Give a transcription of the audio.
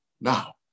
now